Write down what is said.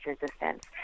resistance